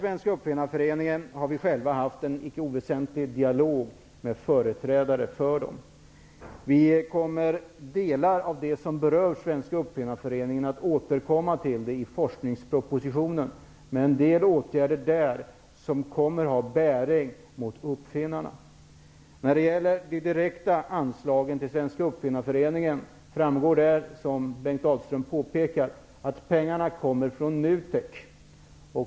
Vidare har vi själva haft en icke oväsentlig dialog med företrädare för Svenska uppfinnarföreningen. Till delar av det som berör Svenska uppfinnarföreningen återkommer vi i forskningspropositionen. Det gäller en del åtgärder där som kommer att ha bäring gentemot uppfinnarna. När det gäller de direkta anslagen till Svenska uppfinnarföreningen framgår det, som Bengt Dalström påpekat, att pengarna kommer från NUTEK.